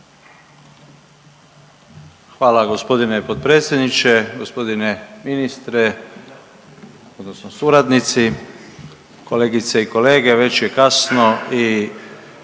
Hvala gospodine potpredsjedniče. Gospodine ministre odnosno suradnici, kolegice i kolege već je kasno i